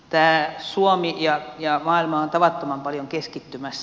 tämä suomi ja maailma ovat tavattoman paljon keskittymässä